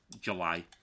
July